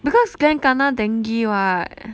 because glen kena dengue [what]